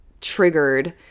triggered